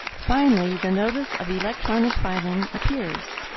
finally, the notice of electronic filing appears.